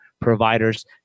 providers